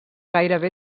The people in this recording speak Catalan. gairebé